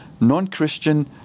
non-Christian